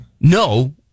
No